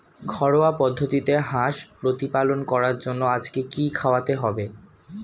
ঘরোয়া পদ্ধতিতে হাঁস প্রতিপালন করার জন্য আজকে কি খাওয়াতে হবে?